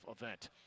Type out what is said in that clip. event